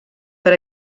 per